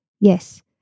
yes